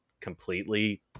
completely